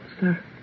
sir